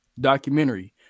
documentary